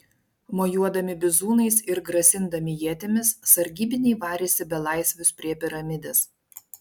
mojuodami bizūnais ir grasindami ietimis sargybiniai varėsi belaisvius prie piramidės